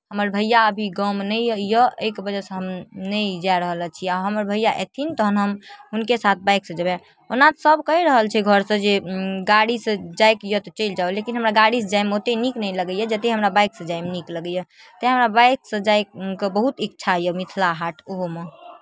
हमर भैया अभी गाँवमे नहि यए एहिके वजहसँ हम नहि जा रहल छी आ हमर भैया अयथिन तखन हम हुनके साथ बाइकसँ जेबै ओना सभ कहि रहल छै घरसँ जे गाड़ीसँ जाइके यए तऽ चलि जाउ लेकिन हमरा गाड़ीसँ जाइमे ओतेक नीक नहि लगैए जतेक बाइकसँ जाइमे नीक लगैए तैँ हमरा बाइकसँ जाइके बहुत इच्छा यए मिथिला हाट ओहोमे